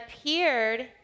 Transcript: appeared